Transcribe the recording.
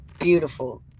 beautiful